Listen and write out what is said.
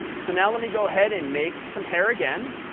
so now let me go ahead and make compare again.